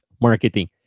Marketing